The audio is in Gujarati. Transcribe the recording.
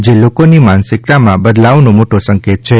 જે લોકોની માનસિકતામાં બદલાવનો મોટો સંકેત છે